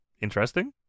interesting